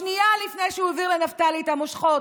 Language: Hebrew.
שנייה לפני שהוא העביר לנפתלי את המושכות,